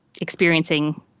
experiencing